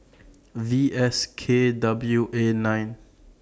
V S K W A nine